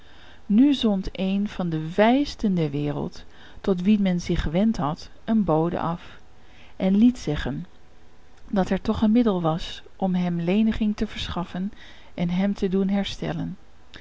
nu zond een van de wijsten der wereld tot wien men zich gewend had een bode af en liet zeggen dat er toch een middel was om hem leniging te verschaffen en hem te doen herstellen